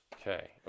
okay